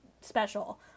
special